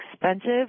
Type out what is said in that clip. expensive